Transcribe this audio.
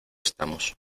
estamos